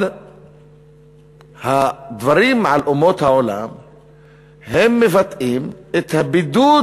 אבל הדברים על אומות העולם מבטאים את הבידוד